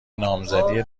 نامزدی